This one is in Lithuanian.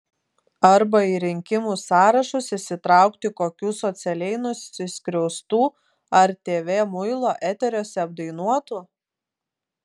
arba į rinkimų sąrašus įsitraukti kokių socialiai nusiskriaustų ar tv muilo eteriuose apdainuotų